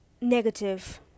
negative